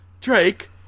Drake